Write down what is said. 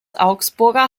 augsburger